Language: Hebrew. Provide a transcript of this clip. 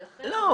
ולכן -- לא,